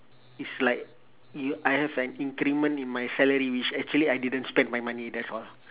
it's like you I have an increment in my salary which actually I didn't spend my money that's all